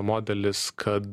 modelis kad